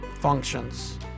functions